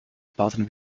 baden